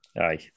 Aye